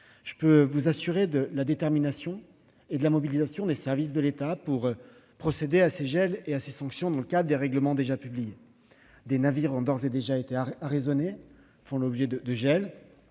Je peux vous assurer de la détermination et de la mobilisation des services de l'État pour procéder à ces gels et à ces sanctions dans le cadre des règlements déjà publiés. Des navires ont d'ores et déjà été arraisonnés, et font l'objet d'un gel.